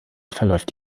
verläuft